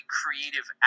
creative